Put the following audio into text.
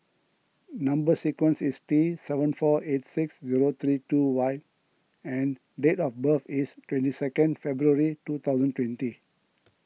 Number Sequence is T seven four eight six zero three two Y and date of birth is twenty second February two thousand twenty